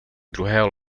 druhého